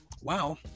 Wow